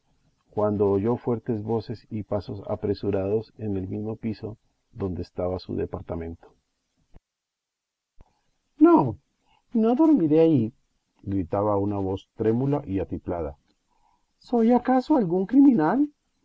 cuando oyó fuertes voces y pasos apresurados en el mismo piso donde estaba su departamento no no dormiré ahí gritaba una voz trémula y atiplada soy acaso algún criminal